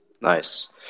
nice